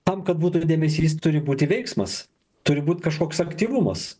tam kad būtų dėmesys turi būti veiksmas turi būt kažkoks aktyvumas